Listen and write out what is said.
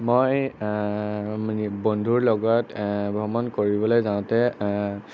মই মানে বন্ধুৰ লগত ভ্ৰমণ কৰিবলৈ যাওঁতে